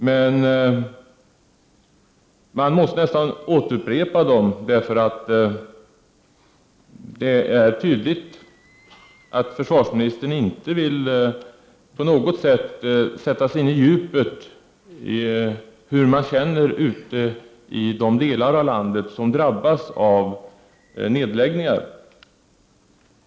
Men man måste upprepa dem för det är tydligt att försvarsministern inte på något sätt vill sätta sig in i djupet hur man känner det ute i de delar av landet som drabbas av nedläggningar.